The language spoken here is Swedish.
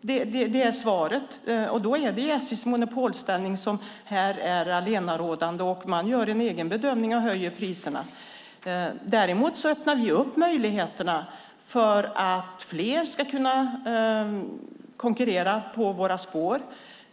Det är svaret. Då är det SJ:s monopolställning som är allenarådande. Man gör en egen bedömning och höjer priserna. Däremot öppnar vi upp möjligheterna för att flera ska kunna konkurrera på våra spår.